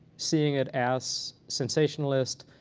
seeing it as sensationalist,